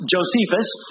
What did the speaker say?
Josephus